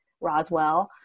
Roswell